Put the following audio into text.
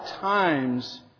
times